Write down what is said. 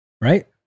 right